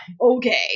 okay